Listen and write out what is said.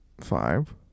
five